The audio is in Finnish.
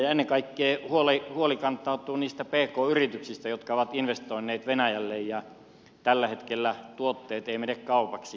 ennen kaikkea huoli kantautuu niistä pk yrityksistä jotka ovat investoineet venäjälle ja tällä hetkellä tuotteet eivät mene kaupaksi